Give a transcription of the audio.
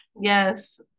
Yes